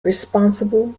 responsible